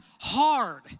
hard